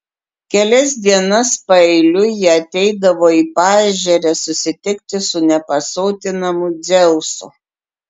kelias dienas paeiliui ji ateidavo į paežerę susitikti su nepasotinamu dzeusu